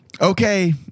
Okay